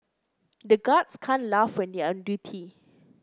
the guards can't laugh when they are on duty